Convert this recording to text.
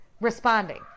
responding